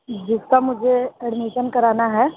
जिसका मुझे एडमिशन कराना है